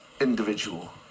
individual